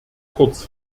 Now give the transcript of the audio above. kurz